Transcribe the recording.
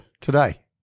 today